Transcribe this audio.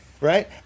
Right